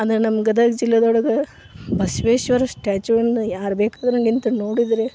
ಅಂದರೆ ನಮ್ಮ ಗದಗ ಜಿಲ್ಲೆಯೊಳಗೆ ಬಸವೇಶ್ವರ ಸ್ಟ್ಯಾಚುವನ್ನು ಯಾರು ಬೇಕಾದ್ರೂ ನಿಂತು ನೋಡಿದರೆ